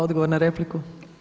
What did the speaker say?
Odgovor na repliku.